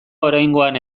oraingoan